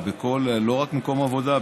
או לא רק מקום עבודה,